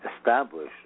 establish